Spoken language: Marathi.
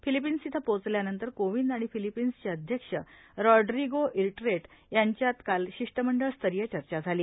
फिलिपीन्स इथं पोचल्यानंतर कोविंद आणि फिलिपीन्सचे अध्यक्ष रॉड्रिगो डटेर्टे यांच्यात काल शिष्टमंडळ स्तरीय चर्चा झाली